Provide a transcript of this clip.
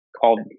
called